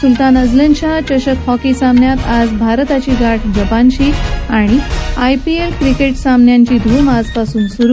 सुलतान Azlan Shah चषक hockey सामन्यात आज भारताची गाठ जपानशी आयपीएल क्रिकेट सामन्यांची धूम आजपासून सुरु